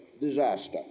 disaster